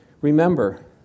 Remember